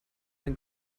den